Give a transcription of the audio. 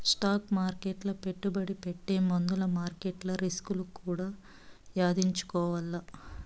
stock మార్కెట్ల పెట్టుబడి పెట్టే ముందుల మార్కెట్ల రిస్కులు కూడా యాదించుకోవాల్ల